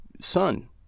son